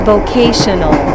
Vocational